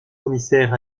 commissaire